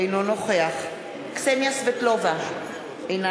אינו נוכח קסניה סבטלובה, אינה